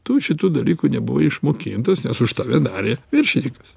tu šitų dalykų nebuvai išmokintas nes už tave darė viršinykas